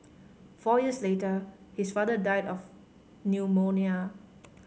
four years later his father died of pneumonia